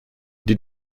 did